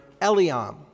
Eliam